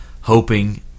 Hoping